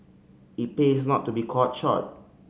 it pays not to be caught short